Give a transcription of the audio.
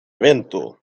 evento